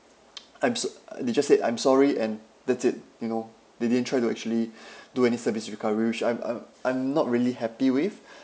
I'm so~ uh they just said I'm sorry and that's it you know they didn't try to actually do any service recovery which I'm I'm I'm not really happy with